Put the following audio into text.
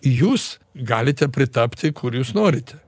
jūs galite pritapti kur jūs norite